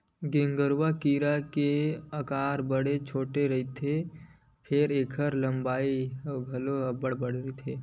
गेंगरूआ कीरा के अकार बड़े छोटे रहिथे फेर ऐखर लंबाई ह घलोक अब्बड़ रहिथे